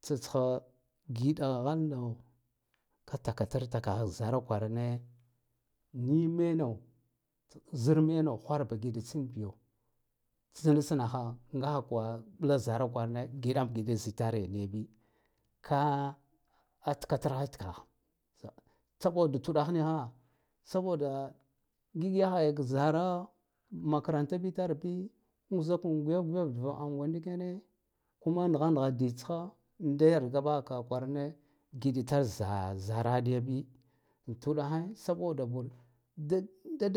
Tsatsegho giɗa ghalno ka takatratakakha zara kwarane ni meno ta zar meno ghwarba giɗa tsibiyo tsnatsnakha ngakha kwa yi zara kwarane giɗam giɗa zitare niyabi ka a thatarhe tkha saboda uɗakh nikha saboda ngik yakhayak zara makaranta bitarbi uk zikan gwiyar gwiyar da angwa ndikene kuma nagha-nagha ditsgho da yaɗga baha kwarana giɗitar za zara niya an tuɗahe saboda wur “da-d-da”